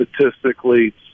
statistically